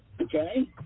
Okay